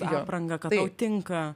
apranga kad tau tinka